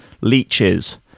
leeches